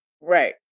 Right